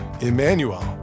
Emmanuel